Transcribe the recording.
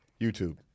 YouTube